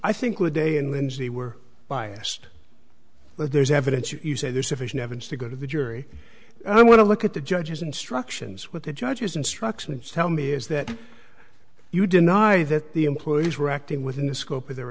i think would a and lindsay were biased there's evidence you say there's sufficient evidence to go to the jury i want to look at the judge's instructions with the judge's instructions tell me is that you deny that the employees were acting within the scope of their